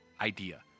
idea